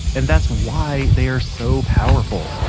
and that's why they are so powerful